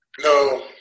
No